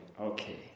okay